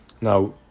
Now